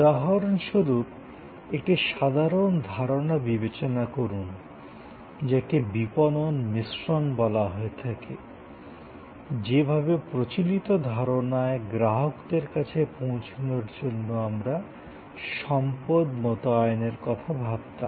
উদাহরণস্বরূপ একটি সাধারণ ধারনা বিবেচনা করুন যাকে মার্কেটিং মিক্স বলা হয় থাকে যেভাবে প্রচলিত ধারনায় গ্রাহকদের কাছে পৌঁছানোর জন্য আমরা সম্পদ মোতায়েনের কথা ভাবতাম